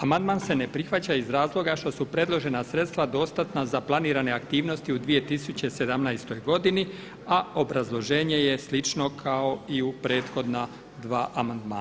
Amandman se ne prihvaća iz razloga što su predložena sredstva dostatna za planirane aktivnosti u 2017. godini, a obrazloženje je slično kao i u prethodna dva amandmana.